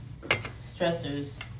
stressors